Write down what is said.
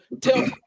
Tell